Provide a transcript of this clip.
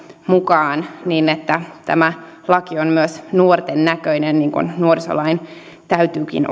mukaan niin että tämä laki on myös nuorten näköinen niin kuin nuorisolain täytyykin